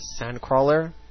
Sandcrawler